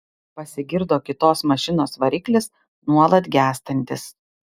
pasigirdo kitos mašinos variklis nuolat gęstantis